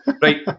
Right